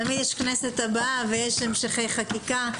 תמיד יש כנסת הבאה ויש המשכי חקיקה,